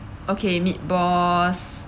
okay meat balls